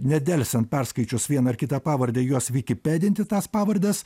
nedelsiant perskaičius vieną ar kitą pavardę juos vikipedinti tas pavardes